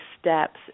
steps